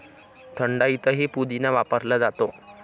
थंडाईतही पुदिना वापरला जातो